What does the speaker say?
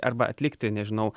arba atlikti nežinau